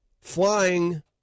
flying